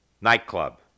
nightclub